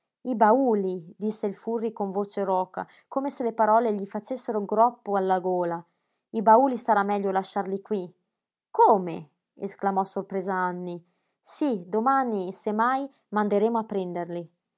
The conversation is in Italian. i bauli disse il furri con voce roca come se le parole gli facessero groppo alla gola i bauli sarà meglio lasciarli qui come esclamò sorpresa anny sí domani se mai manderemo a prenderli